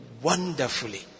wonderfully